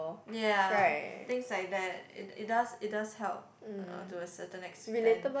ya things like that it it does it does help uh to a certain extent